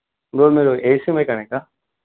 bro మీరు AC మెకానిక్కా